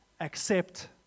Accept